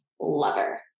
lover